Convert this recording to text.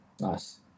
nice